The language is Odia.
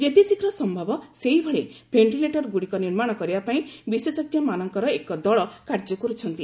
ଯେତେ ଶୀଘ୍ର ସମ୍ଭବ ସେଭଳି ଭେଷ୍ଟିଲେଟର୍ଗ୍ରଡ଼ିକ ନିର୍ମାଣ କରିବାପାଇଁ ବିଶେଷଜ୍ଞମାନଙ୍କର ଏକ ଦଳ କାର୍ଯ୍ୟ କରୁଛନ୍ତି